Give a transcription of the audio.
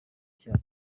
cyabo